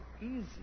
easy